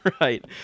Right